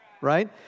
right